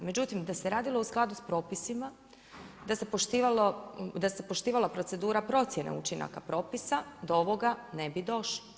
Međutim, da se radilo u skladu s propisima, da se poštivala procedura procjene učinaka propisa, do ovoga ne bi došlo.